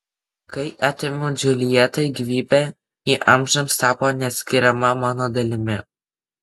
kai atėmiau džiuljetai gyvybę ji amžiams tapo neatskiriama mano dalimi